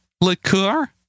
liqueur